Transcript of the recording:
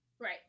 Right